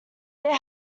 their